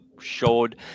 showed